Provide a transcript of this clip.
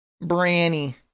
branny